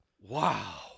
Wow